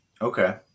okay